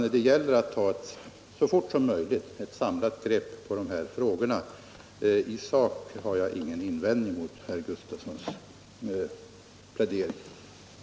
Här gäller det alltså att så fort som möjligt ta ett samlat grepp om dessa frågor. I sak har jag ingen invändning mot herr Gustafsons plädering.